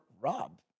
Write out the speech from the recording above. Rob